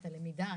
הלמידה.